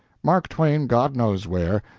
mark twain, god knows where,